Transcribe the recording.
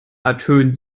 ertönt